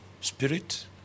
spirit